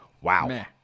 wow